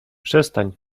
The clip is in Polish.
przestań